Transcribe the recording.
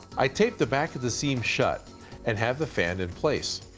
i taped the back of the seam shut and have the fan in place.